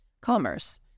commerce